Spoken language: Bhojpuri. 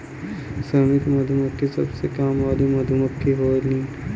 श्रमिक मधुमक्खी सबसे काम वाली मधुमक्खी होलीन